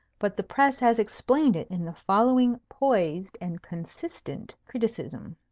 but the press has explained it in the following poised and consistent criticism